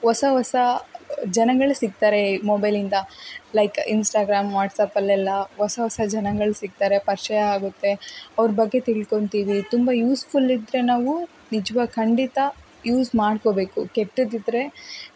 ಹೊಸ ಹೊಸ ಜನಗಳು ಸಿಗ್ತಾರೆ ಮೊಬೈಲಿಂದ ಲೈಕ್ ಇನ್ಸ್ಟಾಗ್ರಾಮ್ ವಾಟ್ಸ್ಯಾಪಲ್ಲೆಲ್ಲ ಹೊಸ ಹೊಸ ಜನಗಳು ಸಿಗ್ತಾರೆ ಪರಿಚಯ ಆಗತ್ತೆ ಅವರ ಬಗ್ಗೆ ತಿಳ್ಕೊತೀವಿ ತುಂಬ ಯೂಸ್ಫುಲ್ ಇದ್ದರೆ ನಾವು ನಿಜವಾಗಿ ಖಂಡಿತ ಯೂಸ್ ಮಾಡ್ಕೊಬೇಕು ಕೆಟ್ಟದಿದ್ದರೆ